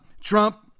Trump